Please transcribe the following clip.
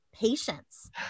patience